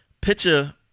Picture